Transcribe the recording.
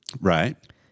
Right